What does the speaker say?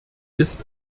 ist